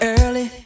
early